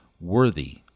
worthy